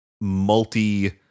multi